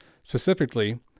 Specifically